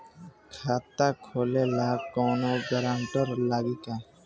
खाता खोले ला कौनो ग्रांटर लागी का?